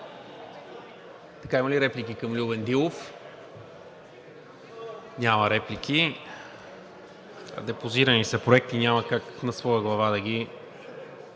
Има ли реплики към Любен Дилов? Няма. Депозирани са проекти, няма как на своя глава да ги